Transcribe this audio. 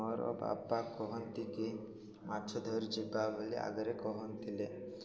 ମୋର ବାପା କହନ୍ତି କି ମାଛ ଧରି ଯିବା ବୋଲି ଆଗରେ କହଥିଲେ